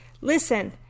Listen